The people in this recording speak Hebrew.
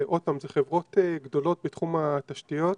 ועוד פעם, אלה חברות גדולות בתחום התשתיות,